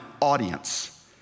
audience